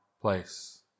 place